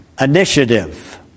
initiative